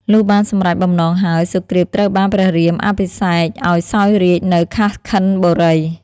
លុះបានសម្រេចបំណងហើយសុគ្រីពត្រូវបានព្រះរាមអភិសេកឱ្យសោយរាជ្យនៅ ខាស់ខិនបុរី។